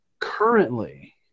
currently